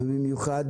ובמיוחד,